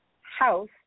house